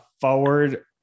forward